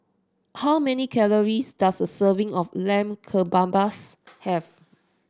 how many calories does a serving of Lamb Kebabs have